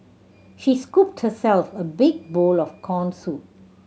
she scooped herself a big bowl of corn soup